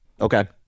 Okay